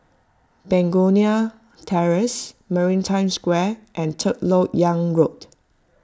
Begonia Terrace Maritime Square and Third Lok Yang Road